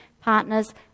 partners